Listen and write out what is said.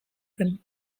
zen